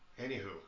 Anywho